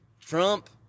Trump